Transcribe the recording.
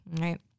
right